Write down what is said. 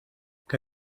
que